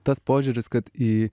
tas požiūris kad į